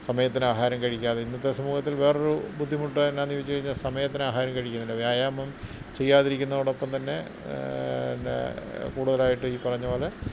സമയത്തിന് ആഹാരം കഴിക്കാതെ ഇന്നത്തെ സമൂഹത്തിൽ വേറൊരു ബുദ്ധിമുട്ട് എന്നാന്ന് ചോദിച്ചു കഴിഞ്ഞാൽ സമയത്തിന് ആഹാരം കഴിക്കുന്നില്ല വ്യായാമം ചെയ്യാതിരിക്കുന്നതോടൊപ്പം തന്നെ എന്ന കൂടുതലായിട്ടും ഈ പറഞ്ഞത് പോലെ